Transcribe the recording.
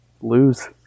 lose